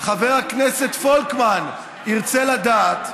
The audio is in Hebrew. חבר הכנסת פולקמן ירצה הוא לדעת,